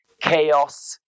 chaos